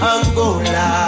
Angola